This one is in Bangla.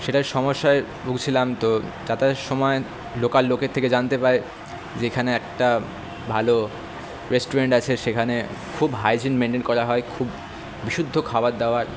সেটার সমস্যায় ভুগছিলাম তো যাতায়াতের সময় লোকাল লোকের থেকে জানতে পারি যে এখানে একটা ভালো রেস্টুরেন্ট আছে সেখানে খুব হাইজিন মেন্টেন করা হয় খুব বিশুদ্ধ খাবার দাবার